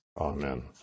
Amen